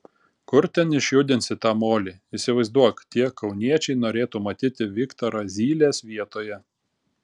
kur ten išjudinsi tą molį įsivaizduok tie kauniečiai norėtų matyti viktorą zylės vietoje